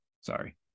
Sorry